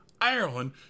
Ireland